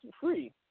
free